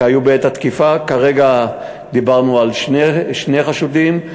כרגע דיברנו על שני חשודים,